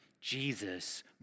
Jesus